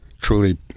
truly